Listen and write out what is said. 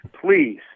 Please